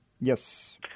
Yes